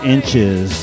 Inches